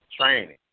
training